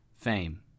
fame